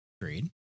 Agreed